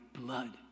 blood